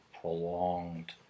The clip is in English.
prolonged